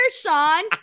sean